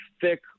thick